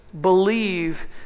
believe